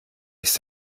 ist